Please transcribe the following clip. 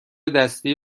دستی